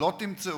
לא תמצאו.